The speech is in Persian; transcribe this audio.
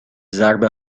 ضربه